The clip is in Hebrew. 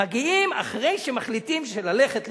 מגיעים, אחרי שמחליטים ללכת לבחירות,